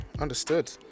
understood